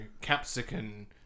capsicum